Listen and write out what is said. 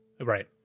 Right